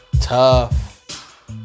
Tough